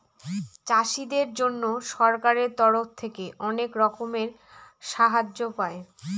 চাষীদের জন্য সরকারের তরফ থেকে অনেক রকমের সাহায্য পায়